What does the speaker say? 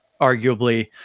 arguably